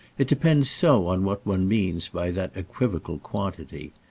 it depends so on what one means by that equivocal quantity.